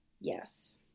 Yes